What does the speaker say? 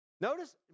Notice